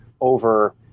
over